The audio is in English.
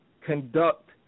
conduct